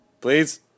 please